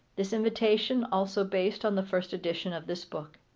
this invitation also based on the first edition of this book.